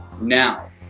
Now